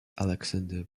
alexander